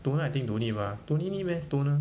toner I think don't need ah toner need meh toner